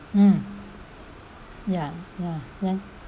mm ya ya ya then